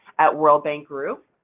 at world bank group.